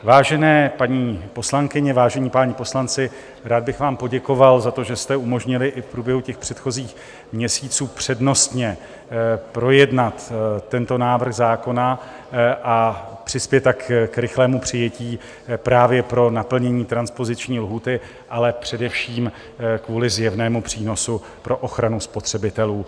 Vážené paní poslankyně, vážení páni poslanci, rád bych vám poděkoval za to, že jste umožnili i v průběhu předchozích měsíců přednostně projednat tento návrh zákona a přispět tak k rychlému přijetí právě pro naplnění transpoziční lhůty, ale především kvůli zjevnému přínosu pro ochranu spotřebitelů.